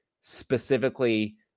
specifically